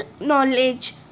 knowledge